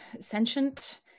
sentient